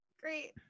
Great